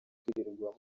kwirirwa